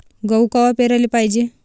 गहू कवा पेराले पायजे?